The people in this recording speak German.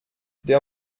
der